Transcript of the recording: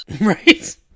Right